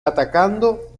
atacando